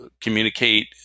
communicate